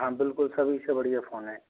हाँ बिल्कुल सभी से बढ़िया फोन है